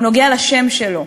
הוא נוגע לשם שלו.